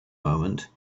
moment